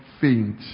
faint